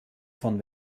von